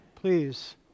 please